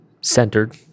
centered